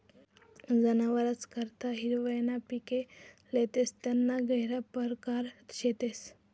जनावरस करता हिरवय ना पिके लेतस तेसना गहिरा परकार शेतस